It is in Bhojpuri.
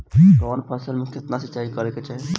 कवन फसल में केतना सिंचाई करेके चाही?